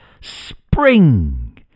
spring